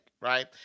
right